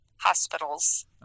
hospitals